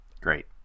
Great